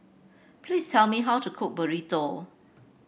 please tell me how to cook Burrito